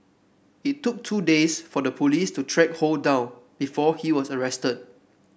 it took two days for the police to track Ho down before he was arrested